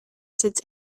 sits